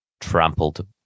trampled